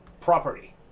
Property